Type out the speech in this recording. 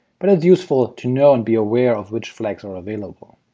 but it's useful to know and be aware of which flags are available.